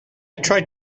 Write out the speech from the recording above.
tried